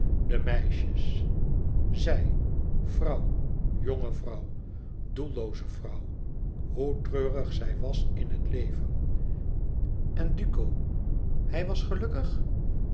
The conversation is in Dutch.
de meisjes zij vrouw jonge vrouw doellooze vrouw hoe treurig zij was in het leven en duco hij was gelukkig